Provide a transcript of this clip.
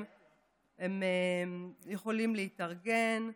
הם יכולים להתארגן,